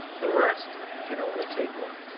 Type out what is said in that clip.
the rest can only take one,